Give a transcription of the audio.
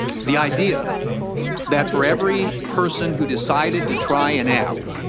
the idea that for every person who decided to try an app,